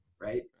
right